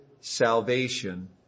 Salvation